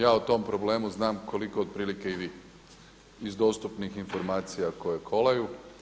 Ja o tom problemu znam koliko otprilike i vi iz dostupnih informacija koje kolaju.